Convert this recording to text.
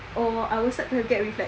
or I will start to have gag reflex